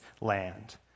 land